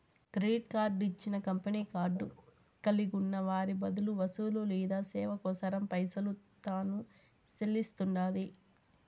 credit card ఇచ్చిన company card కలిగున్న వారి బదులు వస్తువు లేదా సేవ కోసరం పైసలు తాను సెల్లిస్తండాది